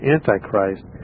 Antichrist